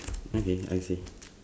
okay I see